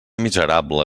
miserable